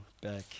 back